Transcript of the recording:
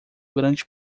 grande